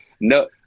no